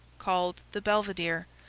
called the belvedere,